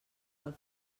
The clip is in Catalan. del